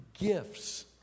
gifts